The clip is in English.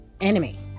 enemy